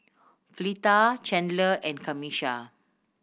Fleeta Chandler and Camisha